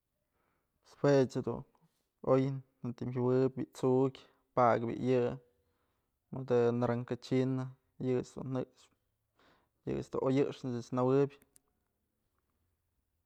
Pues juech jedun oy najtëm jëwëp bi'i t'sukyë pakë bi'i yë mëdë naranja china, yech dun jëxpë, yë ëch dun oyjëxnëp ëch nëjuëb.